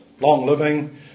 long-living